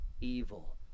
evil